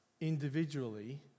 individually